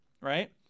right